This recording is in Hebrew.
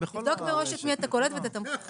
תבדוק מראש את מי אתה קולט ותתמחר.